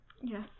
Yes